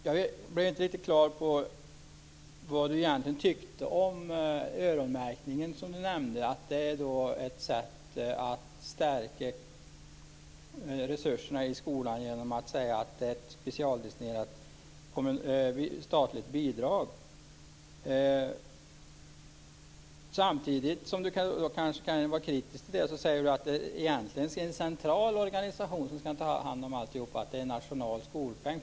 Jag blev inte riktigt klar över vad Tomas Högström tyckte om öronmärkningen och att det är ett sätt att stärka resurserna inom skolan genom att säga att det är ett specialdestinerat statligt bidrag. Samtidigt som Tomas Högström kanske kan vara kritisk till det säger Tomas Högström att det egentligen finns en central organisation som ska ta hand om alltihop och att det är en nationell skolpeng.